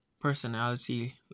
personality